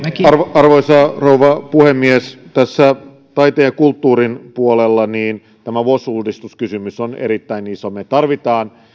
arvoisa rouva puhemies tässä taiteen ja kulttuurin puolella tämä kysymys vos uudistuksesta on erittäin iso me tarvitsemme